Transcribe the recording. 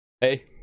Hey